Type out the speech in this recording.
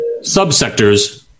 subsectors